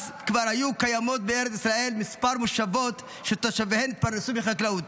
אז היו קיימות בארץ ישראל כמה מושבות שתושביהן התפרנסו מחקלאות: